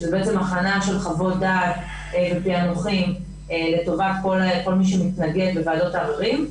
שזאת הכנה של חוות דעת ופענוחים לטובת כל מי שמתנגד בוועדות הערערים.